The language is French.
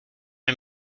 est